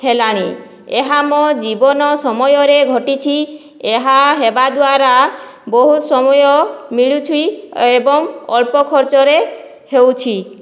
ହେଲାଣି ଏହା ଆମ ଜୀବନ ସମୟରେ ଘଟିଛି ଏହା ହେବା ଦ୍ଵାରା ବହୁତ ସମୟ ମିଳୁଛି ଏବଂ ଅଳ୍ପ ଖର୍ଚ୍ଚରେ ହେଉଛି